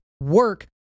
work